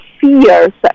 fears